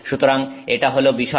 সুতরাং এটা হল বিষয়